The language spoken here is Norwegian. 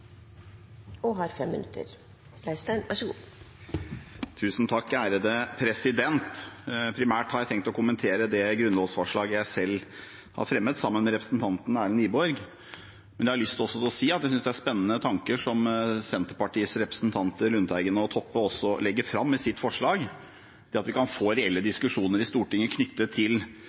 jeg tenkt å kommentere det grunnlovsforslaget jeg selv har fremmet sammen med representanten Erlend Wiborg, men jeg har også lyst til å si at jeg synes det er spennende tanker Senterpartiets representanter, Lundteigen og Toppe, legger fram i sitt forslag. At vi kan få reelle diskusjoner i Stortinget knyttet til